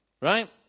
Right